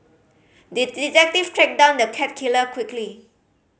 the detective tracked down the cat killer quickly